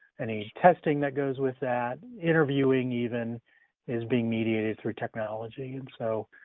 any testing that goes with that, interviewing even is being mediated through technology, and so,